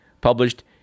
published